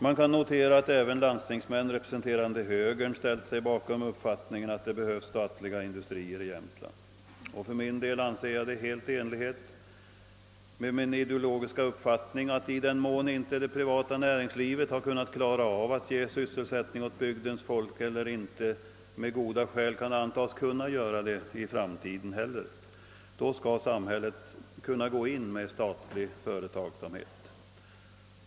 Man kan notera att även landstingsmän representerande högern ställt sig bakom uppfattningen att det behövs statliga industrier i Jämtland. För min del anser jag det vara helt i enlighet med min ideologiska uppfattning att i den mån det privata näringslivet inte har kunnat ge sysselsättning åt bygdens folk eller inte med goda skäl kan antas göra det i framtiden, så skall samhället kunna gå in med statlig företagsamhet.